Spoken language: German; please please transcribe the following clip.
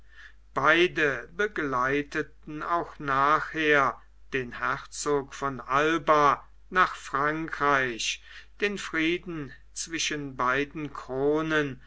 beide begleiteten auch nachher den herzog von alba nach frankreich den frieden zwischen beiden kronen